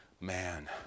man